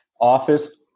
Office